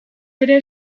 ere